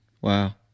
wow